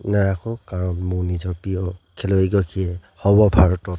নাৰাখোঁ কাৰণ মোৰ নিজৰ প্ৰিয় খেলুৱৈ এগৰাকীয়ে হ'ব ভাৰতত